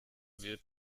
wird